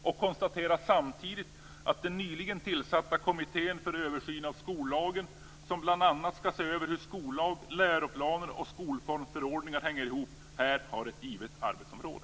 Jag konstaterar samtidigt att den nyligen tillsatta kommittén för översyn av skollagen, som bl.a. skall se över hur skollag, läroplaner och skolformsförordningar hänger ihop, här har ett givet arbetsområde.